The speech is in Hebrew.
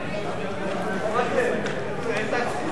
מקרקעין (שבח ורכישה)